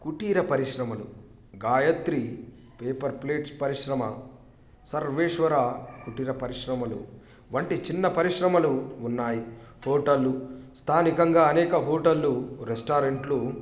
కుటీర పరిశ్రమలు Gayatri paper plate పరిశ్రమ సర్వేశ్వర కుటీర పరిశ్రమలు వంటి చిన్న పరిశ్రమలు ఉన్నాయి హోటళ్ళు స్థానికంగా అనేక హోటళ్ళు రెస్టారెంట్లు